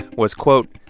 was, quote,